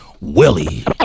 Willie